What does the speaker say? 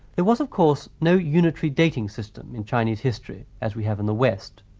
there was of course no unitary dating system in chinese history as we have in the west.